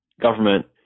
government